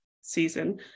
season